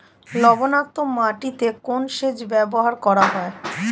লবণাক্ত মাটিতে কোন সেচ ব্যবহার করা হয়?